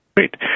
Great